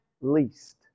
least